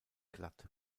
glatt